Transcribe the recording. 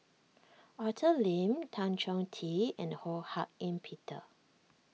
Arthur Lim Tan Chong Tee and Ho Hak Ean Peter